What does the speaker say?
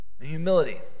Humility